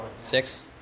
Six